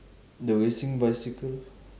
the racing bicycle